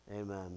Amen